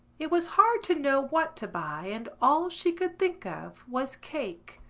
it was hard to know what to buy and all she could think of was cake.